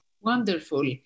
Wonderful